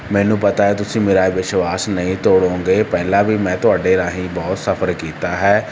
ਮੈਨੂੰ ਪਤਾ ਹੈ ਤੁਸੀਂ ਮੇਰਾ ਇਹ ਵਿਸ਼ਵਾਸ ਨਹੀਂ ਤੋੜੋਂਗੇ ਪਹਿਲਾਂ ਵੀ ਮੈਂ ਤੁਹਾਡੇ ਰਾਹੀਂ ਬਹੁਤ ਸਫ਼ਰ ਕੀਤਾ ਹੈ